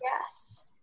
Yes